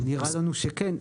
נראה לנו שכן.